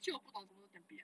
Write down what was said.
actually 我不懂什么是 tempeh leh